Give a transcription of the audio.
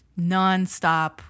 nonstop